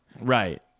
Right